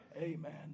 Amen